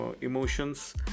emotions